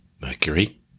Mercury